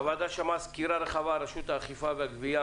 הוועדה שמעה סקירה רחבה של רשות האכיפה והגבייה